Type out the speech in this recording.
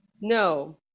No